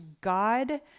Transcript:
god